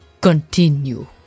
Continue